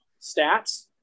stats